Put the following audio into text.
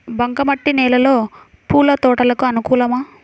బంక మట్టి నేలలో పూల తోటలకు అనుకూలమా?